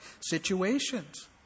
situations